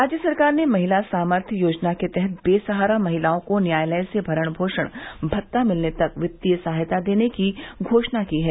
राज्य सरकार ने महिला सामर्थ्य योजना के तहत बेसहारा महिलाओं को न्यायालय से भरण पोषण भता मिलने तक वित्तीय सहायता देने की घोषणा की है